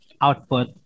output